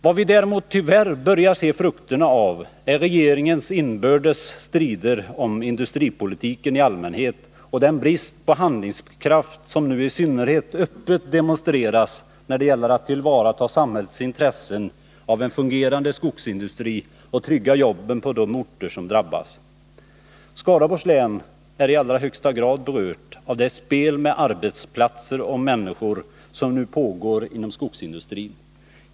Vad vi däremot tyvärr börjar se frukterna av är regeringens inbördes strider om industripolitiken i allmänhet och den brist på handlingskraft i synnerhet som nu öppet demonstreras när det gäller att tillvarata samhällets intressen av en fungerande skogsindustri och trygga jobben på de orter som drabbas. Skaraborgs län är i allra högsta grad berört av det spel med arbetsplatser och människor som nu pågår inom skogsindustrin.